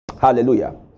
Hallelujah